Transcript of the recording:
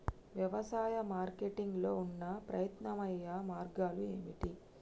వ్యవసాయ మార్కెటింగ్ లో ఉన్న ప్రత్యామ్నాయ మార్గాలు ఏమిటి?